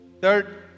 Third